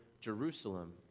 Jerusalem